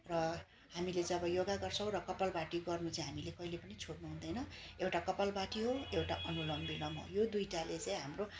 र हामीले जब योगा गर्छौँ र कपालभाती गर्नु चाहिँ हामीले कहिले पनि छोड्नु हुँदैन एउटा कपालभाती हो एउटा अनुलोम विलोम हो यो दुईवटाले चाहिँ हाम्रो